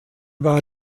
war